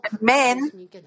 men